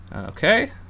Okay